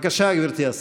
בבקשה, גברתי השרה.